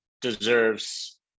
deserves